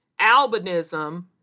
albinism